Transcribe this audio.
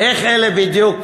איך אלה בדיוק כולם,